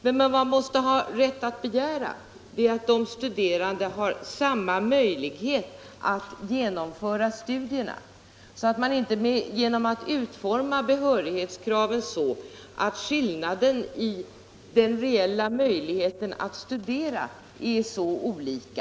Men vad man måste ha rätt att begära är att de studerande har samma möjlighet att genomföra studierna och att inte behörighetskraven utformas så att skillnaden i de reella möjligheterna att studera blir olika.